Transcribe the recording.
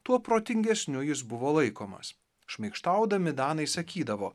tuo protingesniu jis buvo laikomas šmaikštaudami danai sakydavo